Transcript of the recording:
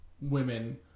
women